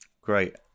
Great